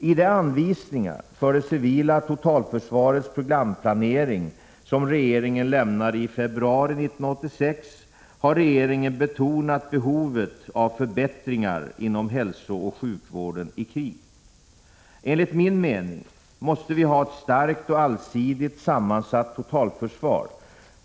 I de anvisningar för det civila totalförsvarets programplanering som regeringen lämnade i februari 1986 har regeringen betonat behovet av förbättringar inom hälsooch sjukvården i krig. Enligt min mening måste vi ha ett starkt och allsidigt sammansatt totalförsvar.